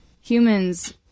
humans